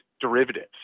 derivatives